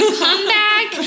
comeback